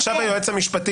חברי הכנסת,